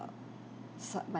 s~ my